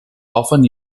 often